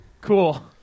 Cool